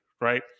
right